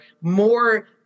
more